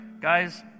guys